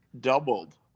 doubled